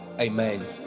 Amen